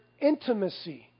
intimacy